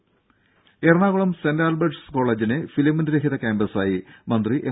രുഭ Ernakulam saint Albert's കോളേജിനെ filament രഹിത ക്യാമ്പസായി മന്ത്രി എം